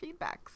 feedbacks